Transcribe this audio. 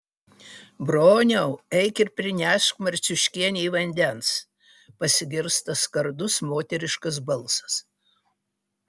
broniau eik ir prinešk marciuškienei vandens pasigirsta skardus moteriškas balsas